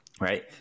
right